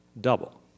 double